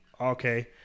Okay